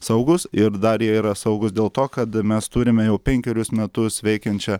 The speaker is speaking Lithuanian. saugūs ir dar jie yra saugūs dėl to kad mes turime jau penkerius metus veikiančią